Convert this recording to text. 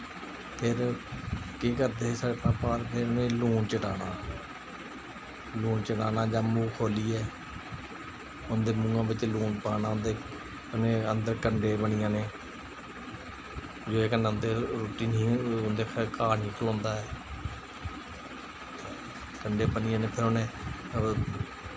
फिर केह् करदे साढ़े पापा होर उ'नेंगी लून चटाना लून चटाना जां मूंहू खोह्लियै उं'दे मुहां बिच्च लून पाना उं'दे अन्दर कंढे बनी जाने ओह्दे कन्नै उं'दी रुट्टी नेईं ही उ'नें घाह् नेईं हा खलोंदा ऐ कंढे बनी जंदे फ्ही उनें